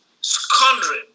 scoundrel